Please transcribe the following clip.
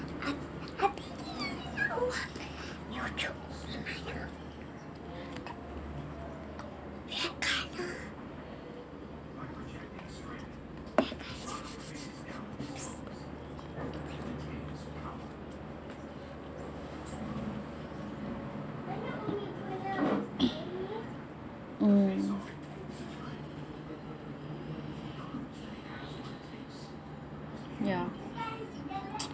mm ya